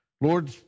Lord